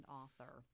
author